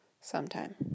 sometime